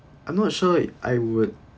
I'm not sure I would